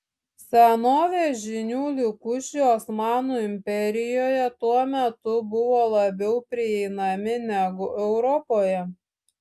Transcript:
senovės žinių likučiai osmanų imperijoje tuo metu buvo labiau prieinami negu europoje